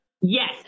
yes